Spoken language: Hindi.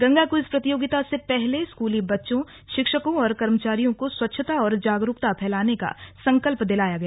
गंगा क्विज प्रतियोगिता से पहले स्कूली बच्चों शिक्षकों और कर्मचारियों को स्वच्छता और जागरूकता फैलाने का संकल्प दिलाया गया